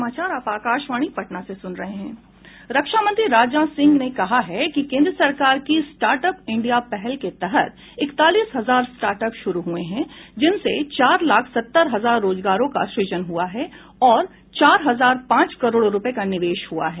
रक्षामंत्री राजनाथ सिंह ने कहा है कि केन्द्र सरकार की स्टॉर्ट अप इंडिया पहल के तहत इकतालीस हजार स्टार्ट अप शुरू हुए हैं जिनसे चार लाख सत्तर हजार रोजगारों का सृजन हुआ है और चार हजार पांच करोड़ रूपये का निवेश हुआ है